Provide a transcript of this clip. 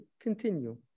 continue